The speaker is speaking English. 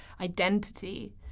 identity